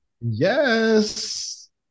Yes